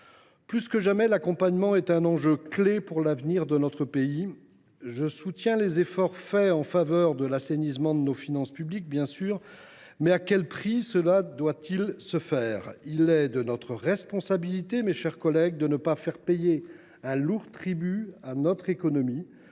Plus que jamais, l’accompagnement est un enjeu clé pour l’avenir de notre pays. Je soutiens les efforts accomplis en faveur de l’assainissement de nos finances publiques, bien sûr, mais à quel prix cela doit il se faire ? Il est de notre responsabilité, mes chers collègues, de ne pas faire payer un lourd tribut à notre économie.